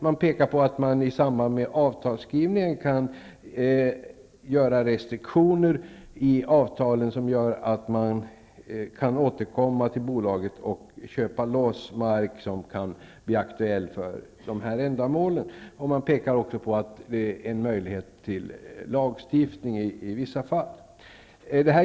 Man påpekar att restriktioner i samband med avtalsskrivningen kan göras som gör att man kan återkomma till bolaget och köpa loss mark som kan bli aktuell för dessa ändamål. Vidare pekar man på en möjlighet till lagstiftning i vissa fall.